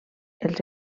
els